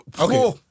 Okay